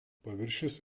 paviršius